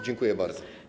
Dziękuję bardzo.